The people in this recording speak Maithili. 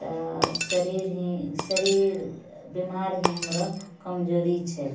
तऽ शरीर हि शरीर बीमार हि हमरो कमजोरी छै